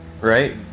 right